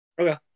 Okay